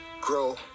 Grow